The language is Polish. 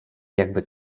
jakby